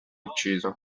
ucciso